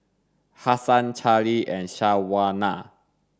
Hasan Charlee and Shawna